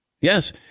Yes